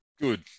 Good